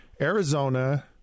Arizona